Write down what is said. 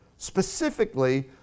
specifically